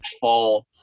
fall